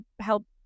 help